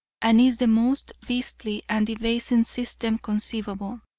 and is the most beastly and debasing system conceivable.